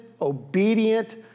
obedient